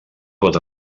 pot